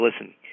listen